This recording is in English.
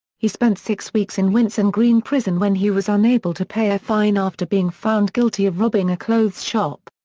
he spent six weeks in winson green prison when he was unable to pay a fine after being found guilty of robbing a clothes shop.